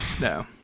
No